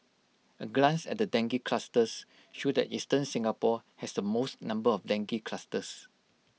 A glance at the dengue clusters show that eastern Singapore has the most number of dengue clusters